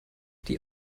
die